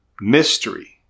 mystery